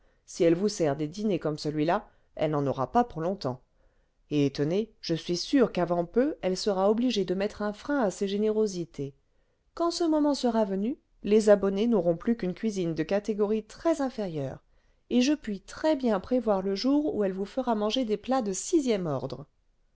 si elle vous sert des dîners comme celui-là elle n'en aura pas pour longtemps et tenez je suis sûr qu'avant peu elle sera obligée de mettre un frein à ses générosités quand ce moment sera venu les abonnés n'auront plus qu'une cuisine de catégorie très inférieure et je puis très bien prévoir le jour où elle vous fera manger des plats de sixième ordre